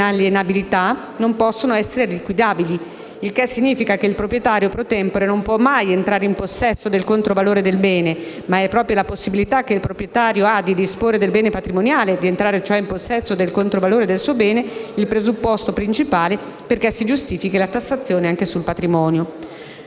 non possono essere liquidabili; il che significa che il proprietario *pro tempore* non può mai entrare in possesso del controvalore del bene, ma è proprio la possibilità per il proprietario di disporre del bene patrimoniale, di entrare, cioè, in possesso del controvalore del suo bene, il presupposto principale perché si giustifichi la tassazione anche sul patrimonio.